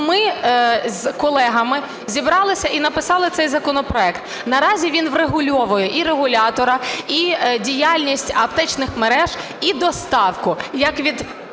ми з колегами зібралися і написали цей законопроект. Наразі він врегульовує і регулятора, і діяльність аптечних мереж, і доставку